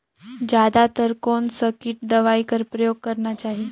जादा तर कोन स किट दवाई कर प्रयोग करना चाही?